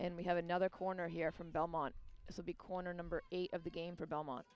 and we have another corner here from belmont this will be corner number eight of the game for belmont